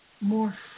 more